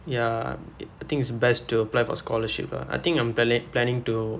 ya I think it's best to apply for scholarship lah I think I'm pla~ planning to